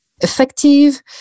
effective